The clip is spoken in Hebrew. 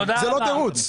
זה לא תירוץ.